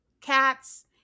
cats